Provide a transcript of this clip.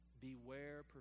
Beware